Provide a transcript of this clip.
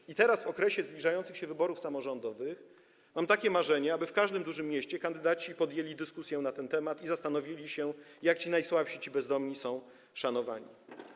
I teraz, w okresie zbliżających się wyborów samorządowych, mam takie marzenie, aby w każdym dużym mieście kandydaci podjęli dyskusję na ten temat i zastanowili się, jak ci najsłabsi, ci bezdomni są szanowani.